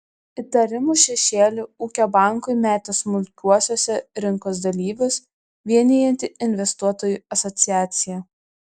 įtarimų šešėlį ūkio bankui metė smulkiuosiuose rinkos dalyvius vienijanti investuotojų asociacija